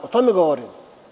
O tome govorim.